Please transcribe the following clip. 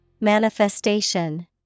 Manifestation